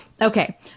Okay